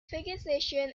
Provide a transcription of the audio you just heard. vegetation